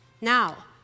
Now